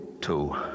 two